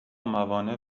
موانع